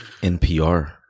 NPR